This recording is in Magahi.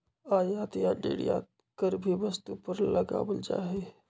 आयात या निर्यात कर भी वस्तु पर लगावल जा हई